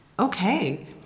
Okay